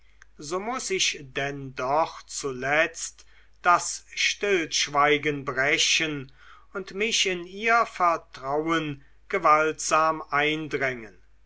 so muß ich denn doch zuletzt das stillschweigen brechen und mich in ihr vertrauen gewaltsam eindrängen